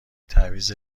تعویض